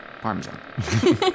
Parmesan